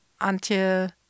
Antje